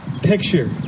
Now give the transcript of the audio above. picture